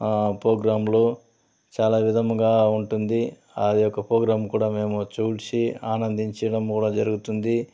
పోగ్రామ్లో చాలా విధముగా ఉంటుంది అది ఒక పోగ్రామ్ కూడా మేము చూశి ఆనదించిడం కూడా జరుగుతుంది